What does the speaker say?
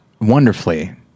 wonderfully